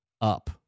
Up